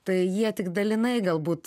tai jie tik dalinai galbūt